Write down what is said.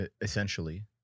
essentially